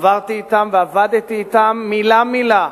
עברתי אתם ועבדתי אתם מלה-מלה.